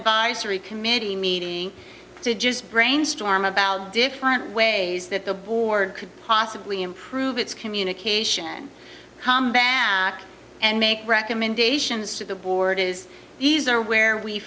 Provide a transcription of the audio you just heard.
advisory committee meeting to just brainstorm about different ways that the board could possibly improve its communication barack and make recommendations to the board is these are where we